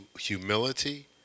humility